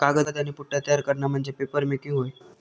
कागद आणि पुठ्ठा तयार करणा म्हणजे पेपरमेकिंग होय